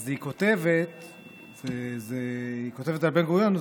היא כותבת על בן-גוריון.